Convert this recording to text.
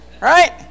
Right